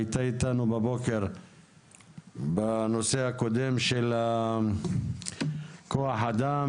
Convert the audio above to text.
היא הייתה איתנו בבוקר בנושא הקודם של כוח האדם